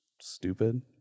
stupid